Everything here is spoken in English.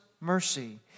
mercy